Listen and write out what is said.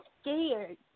scared